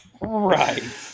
Right